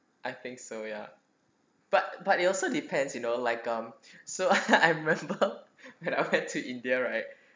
I think so ya but but it also depends you know like um so I I remember that I went to india right